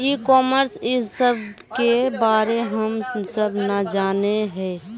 ई commerce इस सब के बारे हम सब ना जाने हीये?